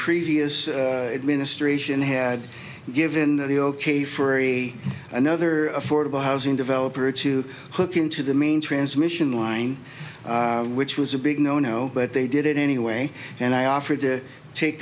previous administration had given the ok for another affordable housing developer to hook into the main transmission line which was a big no no but they did it anyway and i offered to take